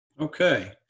Okay